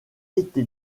été